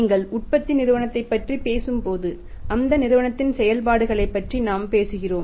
நீங்கள் உற்பத்தி நிறுவனத்தைப் பற்றி பேசும்போது அந்த நிறுவனத்தின் செயல்பாடுகளைப் பற்றி நாம் பேசுகிறோம்